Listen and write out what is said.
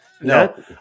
No